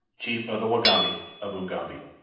chief of the wagambi of ugambi,